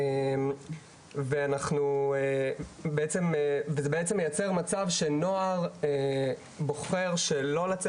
הדבר הזה בעצם מיצר מצב שנוער בוחר שלא,